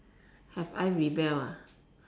have I rebel ah